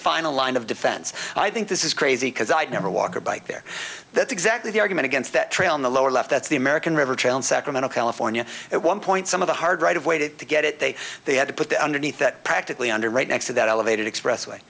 final line of defense i think this is crazy because i'd never walk or bike there that's exactly the argument against that trail on the lower left that's the american river challenge sacramento california at one point some of the hard right of way to get it they they had to put the underneath that practically under right next to that elevated expressway